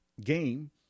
game